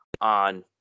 on